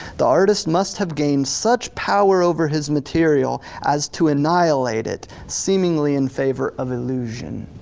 the artist must have gained such power over his material as to annihilate it, seemingly in favor of illusion.